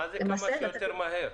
מה זה כמה שיותר מהר?